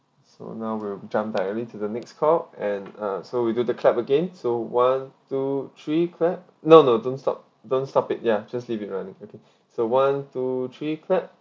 so now we'll jump directly to the next call and uh so we do the clap again so one two three clap no no don't stop don't stop it ya just leave it running okay so one two three clap